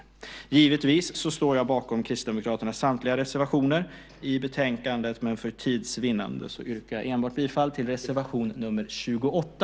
Givetvis står jag bakom Kristdemokraternas samtliga reservationer i betänkandet, men för tids vinnande yrkar jag bifall endast till reservation nr 28.